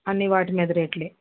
అన్నీ వాటి మీద రేట్లే